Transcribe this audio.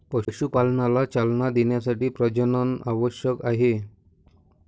पशुपालनाला चालना देण्यासाठी प्रजनन आवश्यक आहे